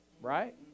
Right